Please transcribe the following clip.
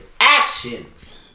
actions